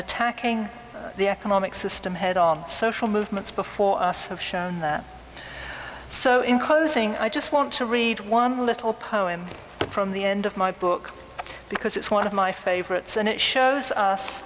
ttacking the economic system head on social movements before us have shown so in closing i just want to read one little poem from the end of my book because it's one of my favorites and it shows us